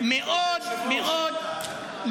עכשיו, מאוד סביר